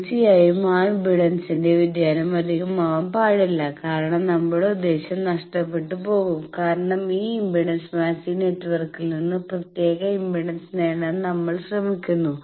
തീർച്ചയായും ആ ഇംപെഡൻസിന്റെ വ്യതിയാനം അധികമാവാൻ പാടില്ല കാരണം നമ്മുടെ ഉദ്ദേശ്യം നഷ്ടപ്പെട്ടു പോകും കാരണം ഈ ഇംപെഡൻസ് മാച്ചിങ് നെറ്റ്വർക്കിൽ നിന്ന് പ്രത്യേക ഇംപെഡൻസ് നേടാൻ നമ്മൾ ശ്രമിക്കുന്നു